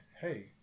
Hey